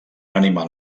animal